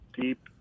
Deep